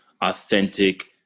authentic